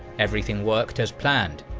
everything worked as planned.